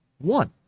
one